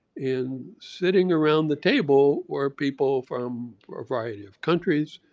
and sitting around the table where people from a variety of countries,